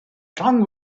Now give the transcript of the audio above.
tongue